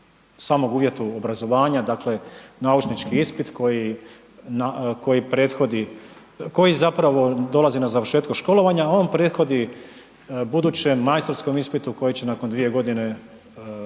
samom uvjetu obrazovanja, dakle naučnički ispit koji prethodi, koji zapravo dolazi na završetku školovanja, on prethodi budućem majstorskom ispitu koji će nakon 2 g. rada u struci